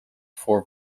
four